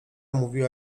mówiła